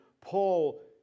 Paul